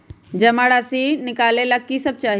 जमा राशि नकालेला कि सब चाहि?